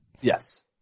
Yes